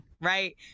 right